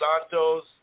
Santos